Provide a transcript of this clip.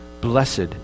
blessed